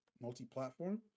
multi-platform